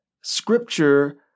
Scripture